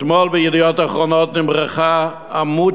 אתמול ב"ידיעות אחרונות" התפרסם עמוד